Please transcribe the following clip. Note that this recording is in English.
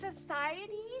society